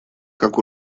как